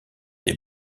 des